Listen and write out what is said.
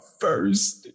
first